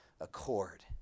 accord